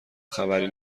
خبری